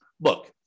look